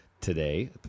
today